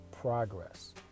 progress